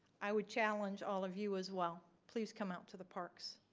i would challenge all of you as well. please come out to the parks,